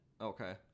Okay